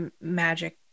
magic